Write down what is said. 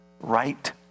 right